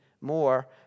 more